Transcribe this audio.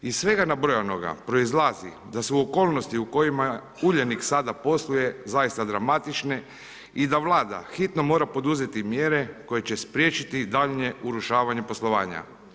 Iz svega nabrojanoga proizlazi da su okolnosti u kojima Uljanik sada posluje zaista dramatične i da Vlada hitno mora poduzeti mjere koje će spriječiti daljnje urušavanje poslovanja.